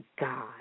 God